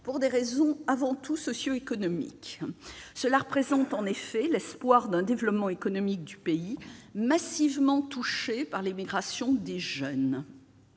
pour des raisons avant tout socio-économiques. En effet, elle porte en elle l'espoir d'un développement économique du pays, massivement touché par l'émigration des jeunes.